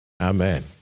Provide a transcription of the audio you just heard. Amen